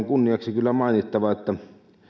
kunniaksi mainittava että